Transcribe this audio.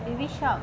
baby shark